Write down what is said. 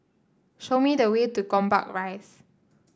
show me the way to Gombak Rise